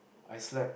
I slept